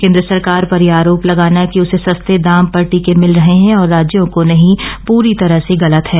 केंद्र सरकार पर यह आरोप लगाना कि उसे सस्ते दाम पर टीके मिल रहे हैं और राज्यों को नहीं पूरी तरह से गलत है